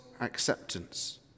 acceptance